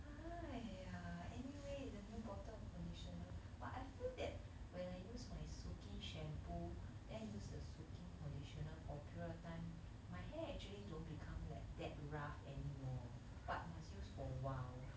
!aiya! anyway it's a new bottle of conditioner but I feel that when I use my Sukin shampoo then I use the Sukin conditioner for a period of time my hair actually don't become like that rough anymore but must use for awhile